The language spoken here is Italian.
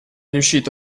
riuscito